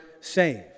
saved